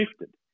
shifted